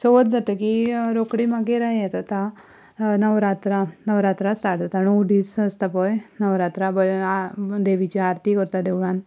चवथ जातकीर रोखडीच मागीर हें जाता नवरात्रा नवरात्रा स्टार्ट जाता णव दीस आसता पळय नवरात्रा देवीची आरती करता देवळांत